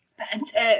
expensive